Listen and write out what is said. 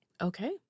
Okay